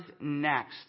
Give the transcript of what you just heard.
next